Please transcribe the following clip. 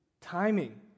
Timing